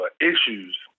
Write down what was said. issues